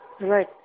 Right